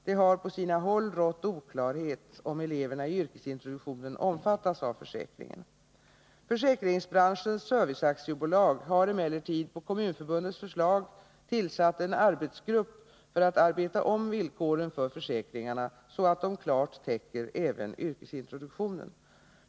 Det har på sina håll rått oklarhet om eleverna i yrkesintroduktionen omfattas av försäkringen. Försäkringsbranschens serviceaktiebolag har emellertid på Kommunförbundets förslag tillsatt en arbetsgrupp för att arbeta om villkoren för försäkringarna, så att de klart täcker även yrkesintroduktionen.